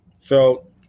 felt